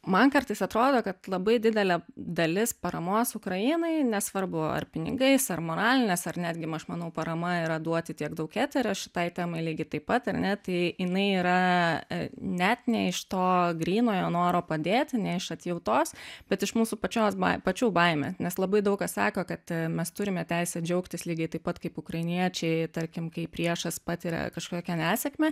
man kartais atrodo kad labai didelė dalis paramos ukrainai nesvarbu ar pinigais ar moralines ar netgi aš manau parama yra duoti tiek daug eterio aš tai temai lygiai taip pat ir net jei jinai yra net ne iš to grynojo noro padėti ne iš atjautos bet iš mūsų pačios pačių baimė nes labai daug kas sako kad mes turime teisę džiaugtis lygiai taip pat kaip ukrainiečiai tarkim kai priešas patiria kažkokią nesėkmę